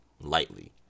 lightly